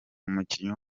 umukinnyi